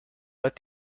what